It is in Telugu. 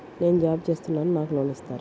నేను జాబ్ చేస్తున్నాను నాకు లోన్ ఇస్తారా?